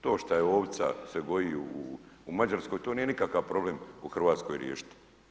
To što je ovca se goji u Mađarskoj, to nije nikakav problem u Hrvatskoj riješiti.